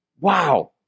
Wow